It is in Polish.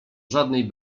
żadnej